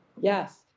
Yes